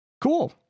Cool